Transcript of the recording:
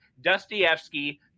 Dostoevsky